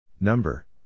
Number